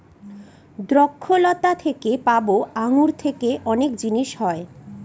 দ্রক্ষলতা থেকে পাবো আঙ্গুর থেকে অনেক জিনিস হয়